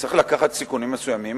צריך לקחת סיכונים מסוימים,